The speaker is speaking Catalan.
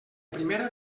primera